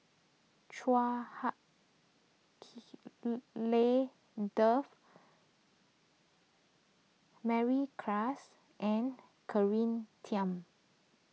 Chua Hak Lien Dave Mary Klass and Tham